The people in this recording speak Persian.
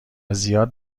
زیاد